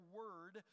word